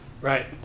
right